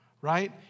right